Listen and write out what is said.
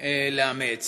לאמץ